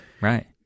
right